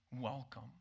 welcome